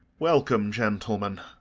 welcome, gentlemen.